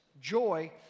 Joy